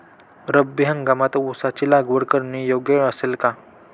रब्बी हंगामात ऊसाची लागवड करणे योग्य असेल का?